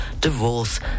divorce